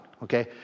Okay